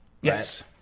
Yes